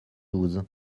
douze